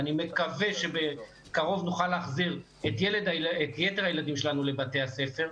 ואני מקווה שבקרוב נוכל להחזיר את יתר הילדים שלנו לבתי הספר,